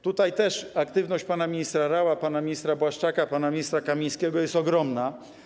Tutaj aktywność pana ministra Raua, pana ministra Błaszczaka, pana ministra Kamińskiego jest ogromna.